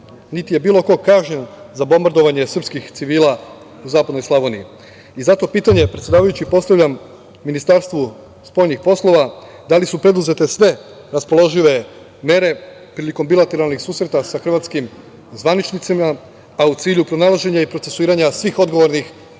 niti je bilo ko kažnjen za bombardovanje srpskih civila u zapadnoj Slavoniji. Postavljam pitanje Ministarstvu spoljnih poslova – da li su preduzete sve raspoložive mere prilikom bilateralnih susreta sa hrvatskim zvaničnicima, a u cilju pronalaženja i procesuiranja svih odgovornih